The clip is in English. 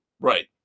Right